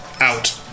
out